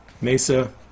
Mesa